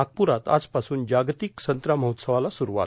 नागप्ररात आजपासून जागतिक संत्रा महोत्सवाला सुरूवात